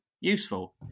useful